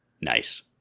Nice